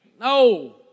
No